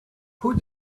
who